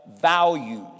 values